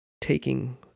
taking